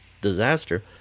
disaster